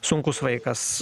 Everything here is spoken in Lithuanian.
sunkus vaikas